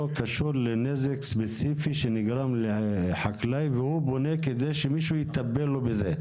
קשור לנזק ספציפי שנגרם לחקלאי והוא פונה כדי שמישהו יטפל לו בזה.